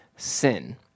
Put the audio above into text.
Sin